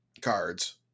cards